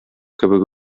кебек